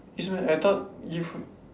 is one I thought if